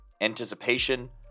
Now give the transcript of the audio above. anticipation